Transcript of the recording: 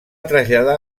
traslladar